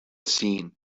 seen